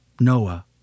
Noah